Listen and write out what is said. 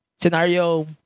scenario